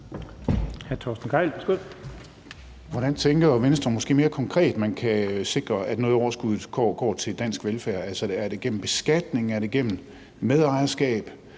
Hvordan tænker Venstre, at man måske mere konkret kan sikre, at noget af overskuddet går til dansk velfærd? Altså, er det gennem beskatning, er det gennem medejerskab?